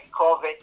COVID